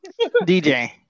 DJ